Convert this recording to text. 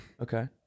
okay